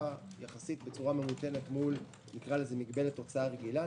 בצורה ממותנת יחסית מול מגבלת הוצאה רגילה.